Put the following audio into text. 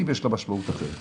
אה, הן לא צריכות את הלובי שלך.